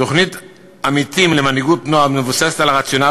תוכנית "עמיתים" למנהיגות נוער מבוססת על הרציונל